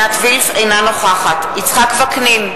אינה נוכחת יצחק וקנין,